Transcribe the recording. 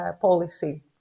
policy